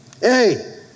hey